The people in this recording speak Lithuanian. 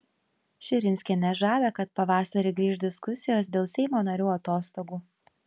širinskienė žada kad pavasarį grįš diskusijos dėl seimo narių atostogų